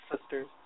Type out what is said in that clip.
sisters